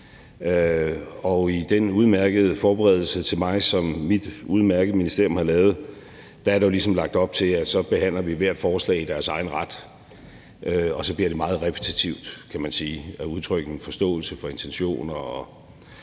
Og i den udmærkede forberedelse til mig, som mit udmærkede ministerium har lavet, er der jo ligesom lagt op til, at vi behandler hvert forslag i dets egen ret, og så bliver det meget repetitivt, kan man sige, at udtrykke en forståelse for intention